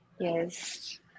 Yes